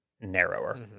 narrower